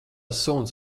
suns